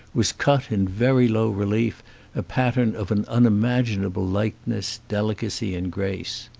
was cut in very low relief a pattern of an unimagin able lightness, delicacy and grace.